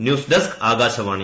news desk Akashvani